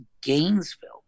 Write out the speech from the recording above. gainesville